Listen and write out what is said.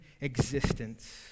existence